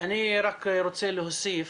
אני רק רוצה להוסיף,